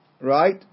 right